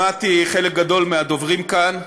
שמעתי חלק גדול מהדוברים כאן,